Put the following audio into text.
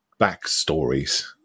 backstories